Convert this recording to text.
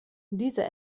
diese